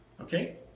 Okay